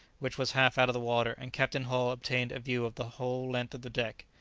which was half out of the water, and captain hull obtained a view of the whole length of the deck.